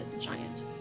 giant